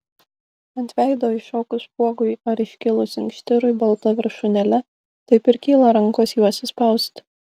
ant veido iššokus spuogui ar iškilus inkštirui balta viršūnėle taip ir kyla rankos juos išspausti